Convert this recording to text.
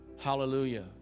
Hallelujah